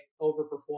overperform